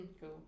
Cool